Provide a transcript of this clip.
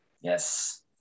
yes